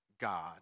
God